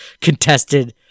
contested